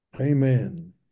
Amen